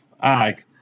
Ag